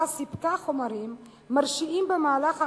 סיפקה חומרים מרשיעים במהלך העבודה,